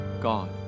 God